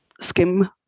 skim